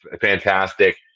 fantastic